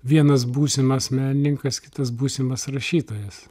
vienas būsimas menininkas kitas būsimas rašytojas